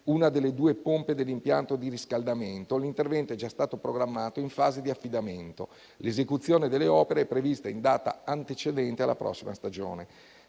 una delle due pompe dell'impianto di riscaldamento. L'intervento è già stato programmato in fase di affidamento. L'esecuzione delle opere è prevista in data antecedente alla prossima stagione.